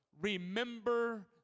remember